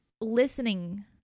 listening